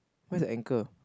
where's the anchor